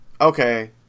okay